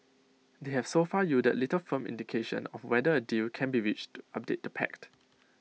they have so far yielded little firm indication of whether A deal can be reached to update the pact